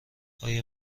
آیا